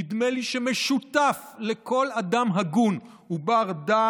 נדמה לי שמשותף לכל אדם הגון ובר-דעת